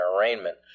arraignment